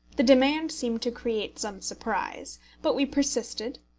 the demand seemed to create some surprise but we persisted,